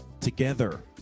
together